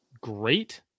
great